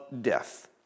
death